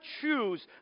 choose